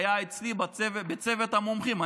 שהיה אצלי בצוות המומחים,